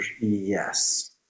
Yes